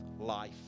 life